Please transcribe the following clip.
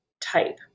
type